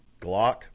Glock